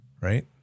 right